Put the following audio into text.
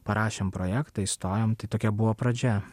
parašėm projektą įstojom tai tokia buvo pradžia